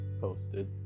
Posted